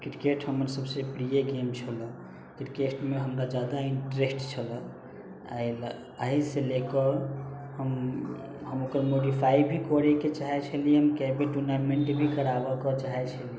cricket हमर सभसँ प्रिय गेम छलऽ क्रिकेटमे हमरा जादा इन्टरेस्ट छ्लऽ ऐहिला एहिसँ लए कऽ हम ओकर मोडिफाइ भी करैके चाहैत छलियनि कै बेर टूर्नामेन्ट भी कराबैके चाहैत छलियनि